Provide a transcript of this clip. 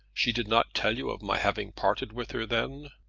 she did not tell you of my having parted with her, then?